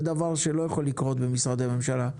זה דבר שלא יכול לקרות במשרדי ממשלה,